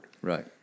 Right